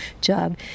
job